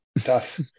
tough